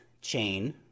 chain